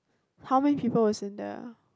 how many people is in there